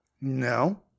No